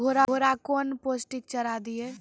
घोड़ा कौन पोस्टिक चारा दिए?